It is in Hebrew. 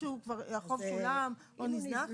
כבר החוב שולם או נזנח.